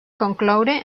concloure